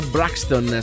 Braxton